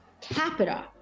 capita